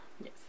Yes